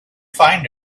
find